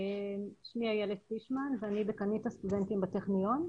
שמי אילת פישמן ואני דיקנית הסטודנטים בטכניון.